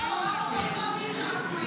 (חבר הכנסת אלעזר שטרן יוצא מאולם המליאה.)